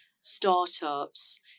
startups